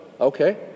Okay